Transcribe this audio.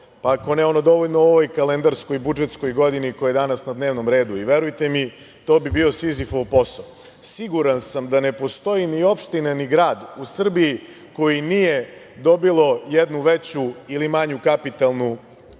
urađeno, pa dovoljno u ovoj kalendarskoj i budžetskoj godini koja je danas na dnevnom redu, i verujte mi to bi bio Sizifov posao. Siguran sam da ne postoji ni opština, ni grad u Srbiji koji nisu dobili jednu veću ili manju kapitalnu